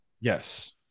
Yes